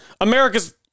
America's